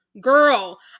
girl